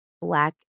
Black